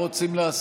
מה רוצים?